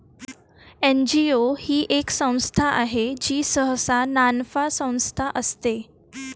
NGO ही एक संस्था आहे जी सहसा नानफा संस्था असते